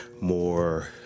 more